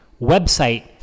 website